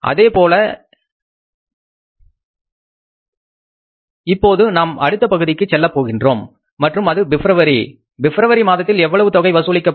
அதேபோல இப்போது நாம் அடுத்த பகுதிக்கு செல்லப் போகின்றோம் மற்றும் அது பிப்ரவரி பிப்ரவரி மாதத்தில் எவ்வளவு தொகை வசூலிக்கப்படும்